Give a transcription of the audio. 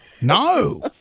no